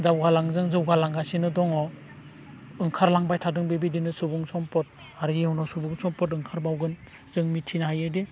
दावगालांदों जौगालांगासिनो दङ ओंखारलांबाय थादों बेबायदिनो सुबुं सम्पद आरो इयुनावबो सुबुं सम्पद ओंखारबावगोन जों मिथिनो हायो दि